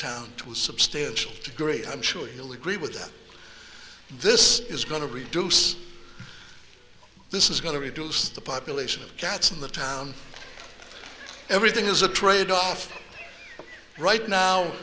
town to a substantial degree i'm sure you'll agree with that this is going to reduce this is going to reduce the population of cats in the town everything is a trade off right now